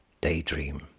Daydream